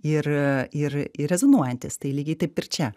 ir ir ir rezonuojantis tai lygiai taip ir čia